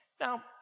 Now